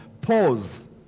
pause